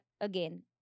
again